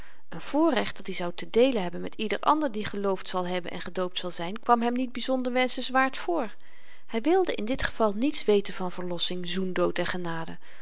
een voorrecht dat-i zou te deelen hebben met ieder ander die geloofd zal hebben en gedoopt zal zyn kwam hem niet byzonder wenschenswaard voor hy wilde in dit geval niets weten van verlossing zoendood